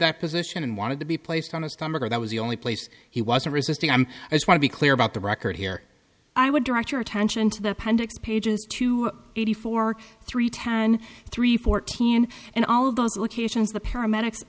that position and wanted to be placed on his stomach or that was the only place he was resisting i'm as would be clear about the record here i would direct your attention to the pundits pages two eighty four three ten three fourteen and all of those locations the paramedics